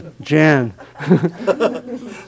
Jan